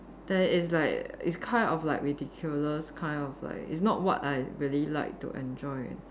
there is like it's kind of like ridiculous kind of like it's not what I really like to enjoy